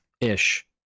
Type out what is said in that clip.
ish